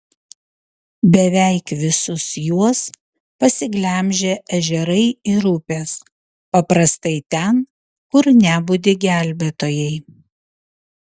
beveik visus juos pasiglemžė ežerai ir upės paprastai ten kur nebudi gelbėtojai